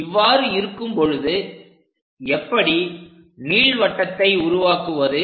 இவ்வாறு இருக்கும் பொழுது எப்படி நீள்வட்டத்தை உருவாக்குவது